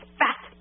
fat